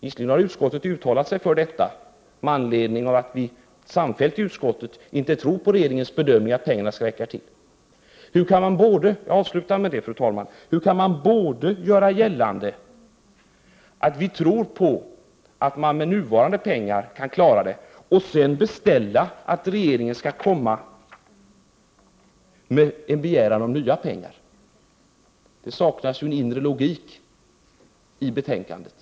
Visserligen har utskottet uttalat sig för detta, eftersom vi samfällt i utskottet inte tror på regeringens bedömning att pengarna skall räcka till. Hur kan utskottsmajoriteten göra gällande att man tror på att det med nuvarande anslag skall vara möjligt att klara av bidragsgivningen och samtidigt beställa att regeringen hos riksdagen skall begära ytterligare anslag? Det saknas ju en inre logik i betänkandet.